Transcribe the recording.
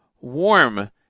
warm